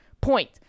point